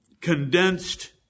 condensed